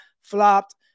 flopped